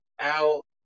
out